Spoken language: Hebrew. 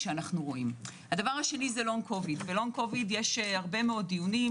LONG COVID - זה דבר שיש עליו מאמרים רבים,